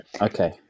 Okay